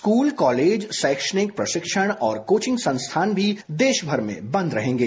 school college शैक्षणिक प्रशिक्षण और कोचिंग संस्थान भी देशभर में बंद रहेंगे